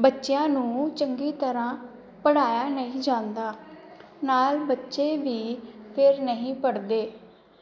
ਬੱਚਿਆਂ ਨੂੰ ਚੰਗੀ ਤਰ੍ਹਾਂ ਪੜ੍ਹਾਇਆ ਨਹੀਂ ਜਾਂਦਾ ਨਾਲ ਬੱਚੇ ਵੀ ਫਿਰ ਨਹੀਂ ਪੜ੍ਹਦੇ